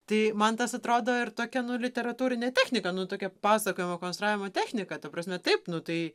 tai man tas atrodo ir tokia nu literatūrinė technika nu tokia pasakojimo konstravimo technika ta prasme taip nu tai